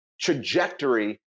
trajectory